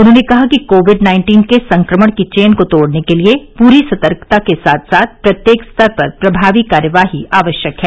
उन्होंने कहा कि कोविड नाइन्टीन के संक्रमण की चेन को तोड़ने के लिये पूरी सतर्कता के साथ साथ प्रत्येक स्तर पर प्रभावी कार्यवाही आवश्यक है